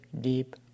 deep